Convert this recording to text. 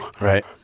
Right